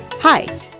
Hi